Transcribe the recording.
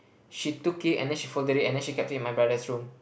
she took it and then she folded it and then she kept it in my brother's room